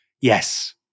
Yes